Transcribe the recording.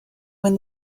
when